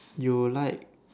you like